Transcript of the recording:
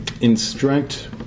instruct